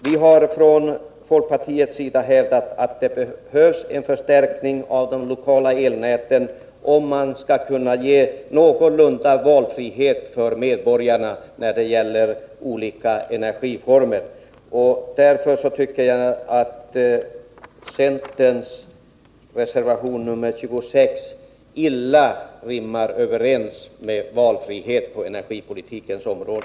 Vi har från folkpartiets sida hävdat att det för att man skall kunna ge medborgarna någorlunda god valfrihet när det gäller olika energiformer behöver göras en förstärkning av de lokala elnäten. Jag tycker att centerns reservation 26 rimmar illa med en valfrihet på energipolitikens område.